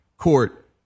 court